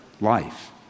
life